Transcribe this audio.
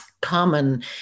common